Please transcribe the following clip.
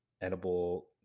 edible